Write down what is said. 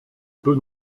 peu